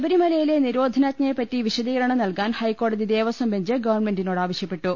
ശബരിമലയിലെ നിരോധനാജ്ഞയെപറ്റി വിശദീകരണം നൽകാൻ ഹൈക്കോടതി ദേവസ്വം ബെഞ്ച് ഗവൺമെന്റിനോട് ആവശ്യപ്പെട്ടു